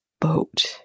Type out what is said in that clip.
boat